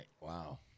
Wow